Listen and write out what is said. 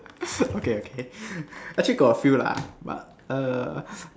okay okay actually got a few lah but err